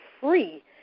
free